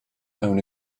own